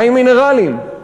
מים מינרליים.